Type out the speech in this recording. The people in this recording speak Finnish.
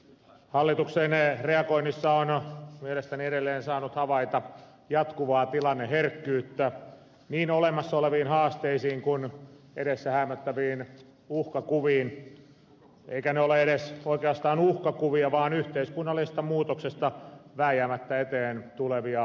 hallituksen reagoinnissa on mielestäni edelleen saanut havaita jatkuvaa tilanneherkkyyttä niin olemassa oleviin haasteisiin kuin edessä häämöttäviin uhkakuviin eivätkä ne ole edes oikeastaan uhkakuvia vaan yhteiskunnallisesta muutoksesta vääjäämättä eteen tulevia haasteita